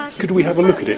um could we have a look